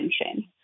attention